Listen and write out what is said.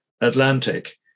Atlantic